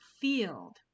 field